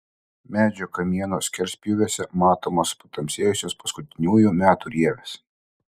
medžio kamieno skerspjūviuose matomos patamsėjusios paskutiniųjų metų rievės